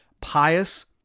pious